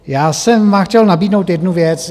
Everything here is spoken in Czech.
Já jsem vám chtěl nabídnout jednu věc.